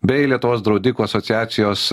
bei lietuvos draudikų asociacijos